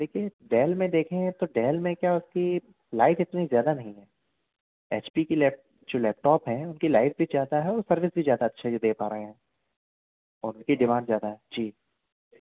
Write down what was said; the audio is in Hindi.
देखिए डेल में देखेंगे तो डेल में क्या है की लाइफ इतनी ज़्यादा नहीं है एच पी की जो लैपटॉप हैं उनकी लाइफ भी ज़्यादा है और सर्विस भी ज़्यादा अच्छे से दे पा रहे हैं और उनकी डिमांड ज़्यादा है जी